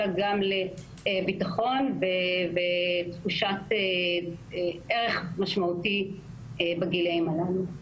אלא גם לביטחון ולתחושת ערך משמעותי בגילאים הללו.